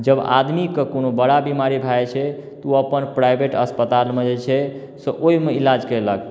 जब आदमीके कोनो बड़ा बीमारी भऽ जाइ छै तऽ ओ अपन प्राइवेट अस्पताल मे जे छै से ओहिमे इलाज करेलक